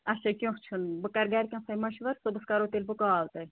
اچھا کینٛہہ چھُنہٕ بہٕ کَرٕ گَرِکٮ۪ن سۭتۍ مَشوَر صُبَس کَرو تیٚلہِ بہٕ کال تۄہہِ